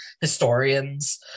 historians